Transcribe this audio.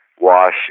wash